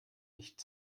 nicht